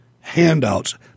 handouts